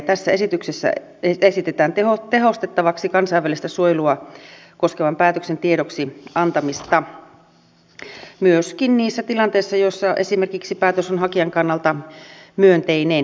tässä esityksessä esitetään tehostettavaksi kansainvälistä suojelua koskevan päätöksen tiedoksi antamista myöskin niissä tilanteissa joissa esimerkiksi päätös on hakijan kannalta myönteinen